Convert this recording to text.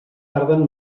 tarden